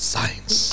Science